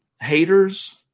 haters